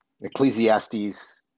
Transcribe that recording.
Ecclesiastes